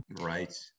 Right